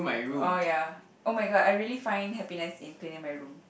oh ya oh-my-god I really find happiness in cleaning my room